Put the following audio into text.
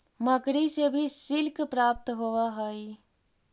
मकड़ि से भी सिल्क प्राप्त होवऽ हई